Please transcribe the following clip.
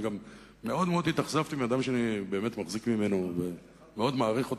אני גם מאוד-מאוד התאכזבתי מאדם שאני באמת מחזיק ממנו ומאוד מעריך אותו,